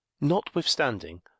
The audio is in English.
notwithstanding